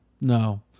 no